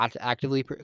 actively